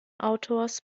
autors